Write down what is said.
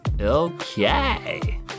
Okay